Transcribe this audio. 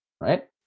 right